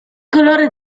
colore